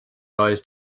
rise